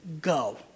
go